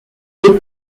des